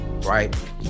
right